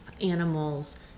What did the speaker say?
animals